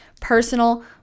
personal